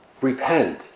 Repent